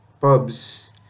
pubs